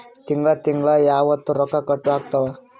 ತಿಂಗಳ ತಿಂಗ್ಳ ಯಾವತ್ತ ರೊಕ್ಕ ಕಟ್ ಆಗ್ತಾವ?